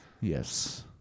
yes